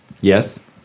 yes